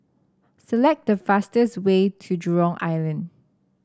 select the fastest way to Jurong Island